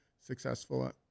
successful